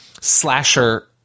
slasher